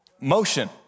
Motion